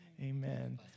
Amen